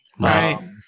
Right